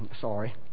Sorry